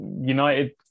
United